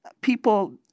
people